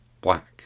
black